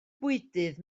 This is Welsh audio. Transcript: bwydydd